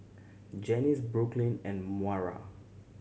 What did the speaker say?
Janice Brooklyn and Moira